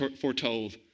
foretold